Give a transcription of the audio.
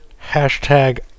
Hashtag